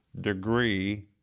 degree